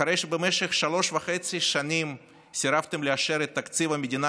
אחרי שבמשך שלוש וחצי שנים סירבתם לאשר את תקציב המדינה,